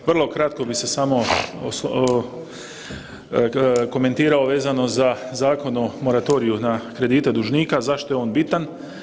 Vrlo kratko bih se samo komentirao vezano za Zakon o moratoriju na kredite dužnike zašto je on bitan.